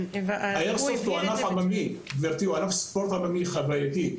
האיירסופט הוא ענף ספורט עממי חווייתי.